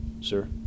Sir